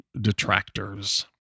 detractors